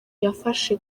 yafashe